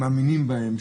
שמאמינים בהם,